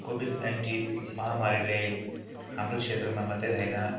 covid nineteen महामीरीले हाम्रो क्षेत्रमा मात्रै होइन